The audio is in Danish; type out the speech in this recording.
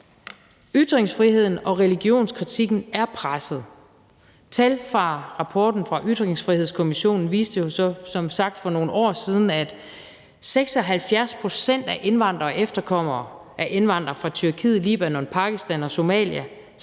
Ytringsfriheden og religionskritikken er presset. Tal fra rapporten fra Ytringsfrihedskommissionen viste jo som sagt for nogle år siden, at 76 pct. af indvandrere og efterkommere af indvandrere fra Tyrkiet, Libanon, Pakistan og Somalia,